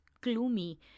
gloomy